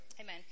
Amen